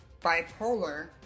bipolar